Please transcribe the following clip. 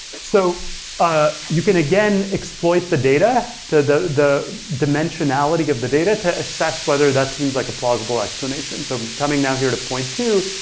so ah you can again exploit the data, the the dimensionality of the data to assess whether that seems like a plausible explanation. so coming now here to point two.